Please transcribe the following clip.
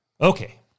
Okay